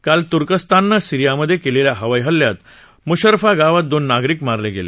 काल तुर्कस्ताननं सिरीयामधे केलेल्या हवाई हल्ल्यात म्शर्रफा गावात दोन नागरिक मारले गेले